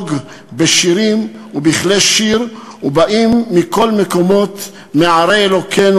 בשיר ובכל כלי שיר הבאים מכל המקומות מערי אלוקינו